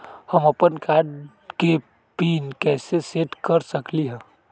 हम अपन कार्ड के पिन कैसे सेट कर सकली ह?